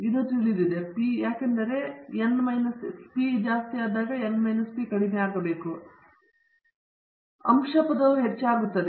ಆದ್ದರಿಂದ p ಹೆಚ್ಚಾಗುವಾಗ ಈ ಪದವು n ಮೈನಸ್ ಪಿ ಕಡಿಮೆಯಾಗುತ್ತದೆ ಆದ್ದರಿಂದ ಅಂಶ ಪದವು ಹೆಚ್ಚಾಗುತ್ತದೆ